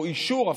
או אפילו מהאישור,